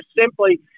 simply